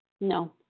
No